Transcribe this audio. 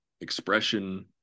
expression